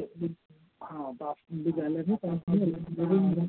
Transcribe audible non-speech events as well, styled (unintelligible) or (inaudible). (unintelligible) हाँ तो आप विद्यालय में (unintelligible) लाइब्रेरी भी है